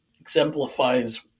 exemplifies